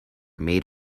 maid